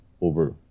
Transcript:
over